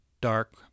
dark